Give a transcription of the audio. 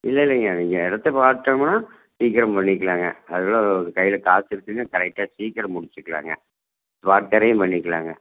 இல்லை இல்லைங்க இங்கே இடத்த பார்த்துட்டோம்னா சீக்கிரம் பண்ணிக்கலாங்க அதுக்கெல்லாம் கையில் காசு இருக்குதுங்க கரெக்டாக சீக்கிரம் முடிச்சுக்கிலாங்க ஸ்பாட் கிரையம் பண்ணிக்கலாங்க